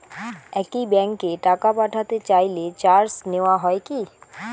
একই ব্যাংকে টাকা পাঠাতে চাইলে চার্জ নেওয়া হয় কি?